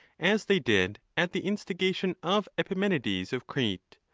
as they did at the instigation of epimenides of crete,